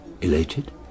Elated